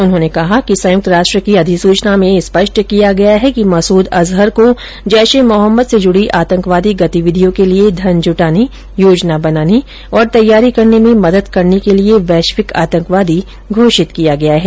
उन्होंने कहा कि संयुक्त राष्ट्र की अधिसूचना में स्पष्ट किया गया है कि मसूद अजहर को जैश ए मोहम्मद से जुड़ी आतंकवादी गतिविधियों के लिए धन जुटाने योजना बनाने और तैयारी करने में मदद करने के लिए वैश्विक आतंकवादी घोषित किया गया है